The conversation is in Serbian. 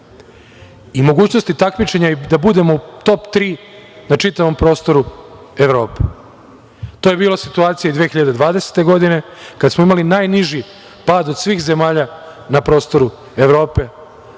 i mogućnosti takmičenja da budemo u top tri na čitavom prostoru Evrope. To je bila situacija 2020. godine kada smo imali najniži pad od svih zemalja na prostoru Evrope,